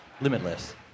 limitless